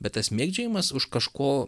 bet tas mėgdžiojimas už kažko